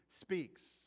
speaks